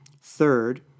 Third